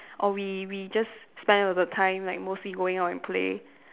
or we we just spend all the time like mostly going out and play